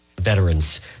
veterans